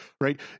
Right